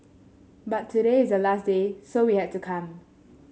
but today is the last day so we had to come